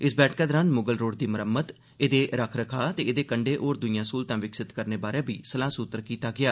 इस बैठक दौरान म्गल रोड दी मरम्मत एदे रक्ख रखाव ते एदे कंडे होर दुइयां स्हूलतां विकसित करने बारै बी सलाह सूत्र कीता गेया